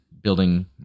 building